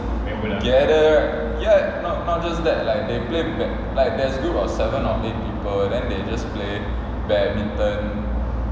gather ya not not just that like they play like there's group of seven or eight people then they just play badminton